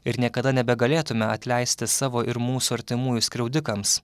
ir niekada nebegalėtume atleisti savo ir mūsų artimųjų skriaudikams